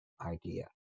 idea